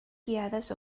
guiadas